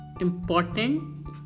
important